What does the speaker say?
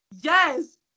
Yes